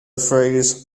phrase